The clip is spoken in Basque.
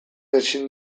ezin